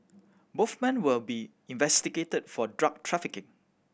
both men will be investigated for drug trafficking